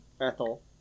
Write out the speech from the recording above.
Ethel